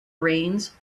brains